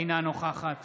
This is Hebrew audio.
אינה נוכחת